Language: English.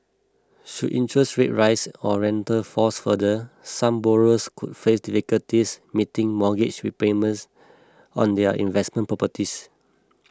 should interest rate rise or rental falls further some borrowers could face difficulties meeting mortgage repayments on their investment properties